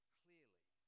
clearly